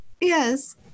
Yes